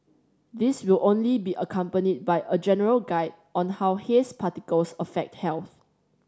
these will only be accompanied by a general guide on how haze particles affect health